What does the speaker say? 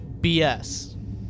BS